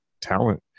talent